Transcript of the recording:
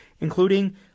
including